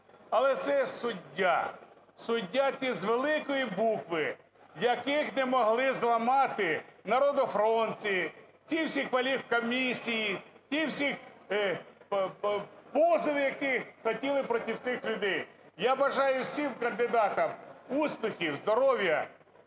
але це суддя. Суддя із великої букви, яких не могли зламати народоохоронці, ті всі кваліфкомісії, ті всі, позови, яких хотіли проти цих людей. Я бажаю всім кандидатам успіхів, здоров'я.